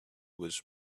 was